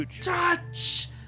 touch